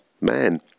man